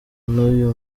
n’uyu